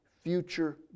future